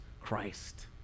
Christ